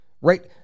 right